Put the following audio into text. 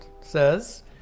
says